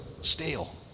stale